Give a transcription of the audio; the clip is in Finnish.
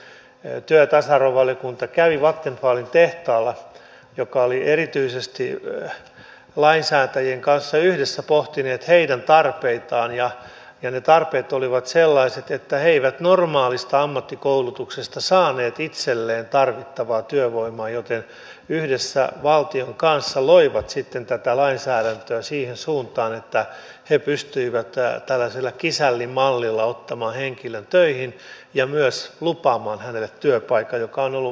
työ ja tasa arvovaliokunta kävi vattenfallin tehtaalla jossa oli lainsäätäjien kanssa yhdessä pohdittu erityisesti heidän tarpeitaan ja ne tarpeet olivat sellaiset että he eivät normaalista ammattikoulutuksesta saaneet itselleen tarvittavaa työvoimaa joten he yhdessä valtion kanssa loivat sitten tätä lainsäädäntöä siihen suuntaan että he pystyivät tällaisella kisällimallilla ottamaan henkilön töihin ja myös lupaamaan hänelle työpaikan mistä on ollut valtava apu siellä